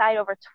over